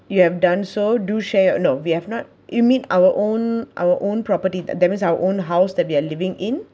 you have done so do share no we have not you mean our own our own property that means our own house that we are living in